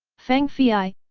fangfei,